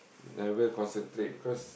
never concentrate because